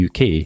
UK